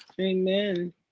Amen